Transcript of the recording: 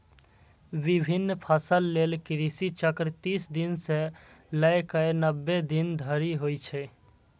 विभिन्न फसल लेल कृषि चक्र तीस दिन सं लए कए नब्बे दिन धरि होइ छै